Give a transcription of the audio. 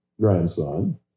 grandson